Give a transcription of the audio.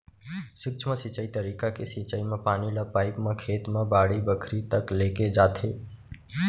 सूक्ष्म सिंचई तरीका के सिंचई म पानी ल पाइप म खेत म बाड़ी बखरी तक लेगे जाथे